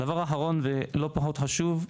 דבר אחרון ולא פחות חשוב,